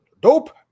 dope